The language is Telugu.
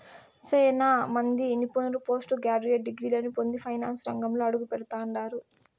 సేనా మంది నిపుణులు పోస్టు గ్రాడ్యుయేట్ డిగ్రీలని పొంది ఫైనాన్సు రంగంలో అడుగుపెడతండారు